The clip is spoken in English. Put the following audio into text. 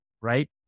right